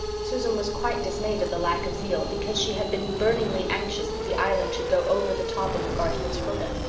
susan was quite dismayed at the lack of zeal, because she had been burningly anxious that the island should go over the top in regard to its quota.